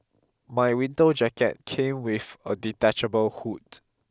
my winter jacket came with a detachable hood